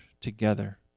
together